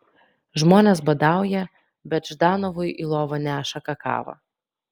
žmonės badauja bet ždanovui į lovą neša kakavą